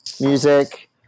music